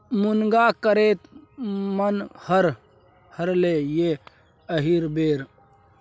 मुनगा कतेक नमहर फरलै ये एहिबेर